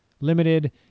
limited